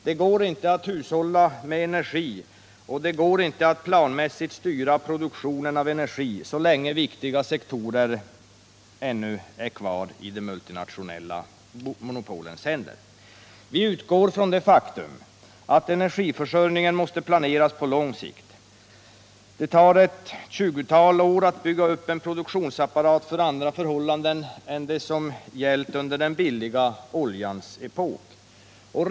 Det går inte att hushålla med energi, och det går inte att planmässigt styra produktionen av energi, så länge viktiga sektorer är kvar i de multinationella monopolens händer. Vi utgår från det faktum att energiförsörjningen måste planeras på lång sikt. Det tar ett tjugotal år att bygga upp en produktionsapparat för andra förhållanden än dem som gällt under den billiga oljans epok.